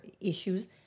issues